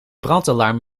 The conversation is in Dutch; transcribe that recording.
brandalarm